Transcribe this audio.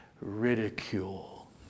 ridicule